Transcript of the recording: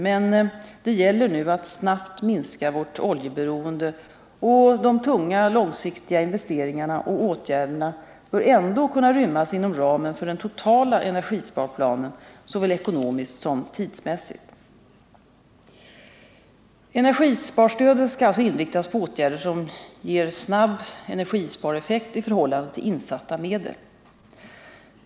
Men det gäller nu att snabbt minska vårt oljeberoende, och de tunga, långsiktiga investeringarna och åtgärderna bör ändå kunna rymmas inom ramen för den totala energisparplanen, såväl ekonomiskt som tidsmässigt. Energisparstödet skall alltså inriktas på åtgärder som ger snabb energispareffekt i förhållande till insatta medel.